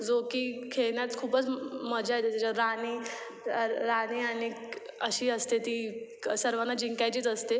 जो की खेळण्यात खूपच मजा येते त्याच्यात राणी र राणी आणि अशी असते ती क सर्वांना जिंकायचीच असते